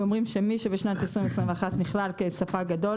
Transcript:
ואומרים שמי שבשנת 2021 נכלל כספק גדול,